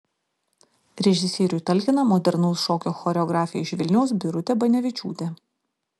režisieriui talkina modernaus šokio choreografė iš vilniaus birutė banevičiūtė